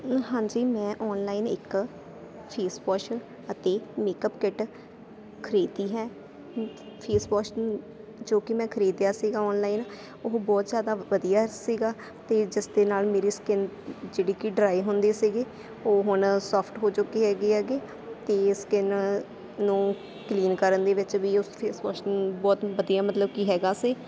ਹਾਂਜੀ ਮੈਂ ਆਨਲਾਈਨ ਇੱਕ ਫੇਸਵੋਸ਼ ਅਤੇ ਮੇਕਅਪ ਕਿੱਟ ਖਰੀਦੀ ਹੈ ਫੇਸਵੋਸ਼ ਜੋ ਕਿ ਮੈਂ ਖਰੀਦਿਆ ਸੀਗਾ ਆਨਲਾਈਨ ਉਹ ਬਹੁਤ ਜ਼ਿਆਦਾ ਵਧੀਆ ਸੀਗਾ ਅਤੇ ਜਿਸ ਦੇ ਨਾਲ ਮੇਰੀ ਸਕਿਨ ਜਿਹੜੀ ਕਿ ਡਰਾਈ ਹੁੰਦੀ ਸੀਗੀ ਉਹ ਹੁਣ ਸੋਫਟ ਹੋ ਚੁੱਕੀ ਹੈਗੀ ਆਗੀ ਅਤੇ ਸਕਿੰਨ ਨੂੰ ਕਲੀਨ ਕਰਨ ਦੇ ਵਿੱਚ ਵੀ ਉਹ ਫੇਸਵੋਸ਼ ਬਹੁਤ ਵਧੀਆ ਮਤਲਬ ਕਿ ਹੈਗਾ ਸੀ